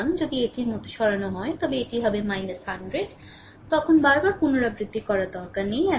সুতরাং যদি এটির মতো সরানো হয় তবে এটি হবে 100 এখন বার বার পুনরাবৃত্তি করার দরকার নেই